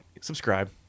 subscribe